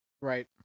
right